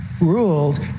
ruled